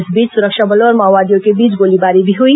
इस बीच सुरक्षा बलों और माओवादियों के बीच गोलीबारी भी हुई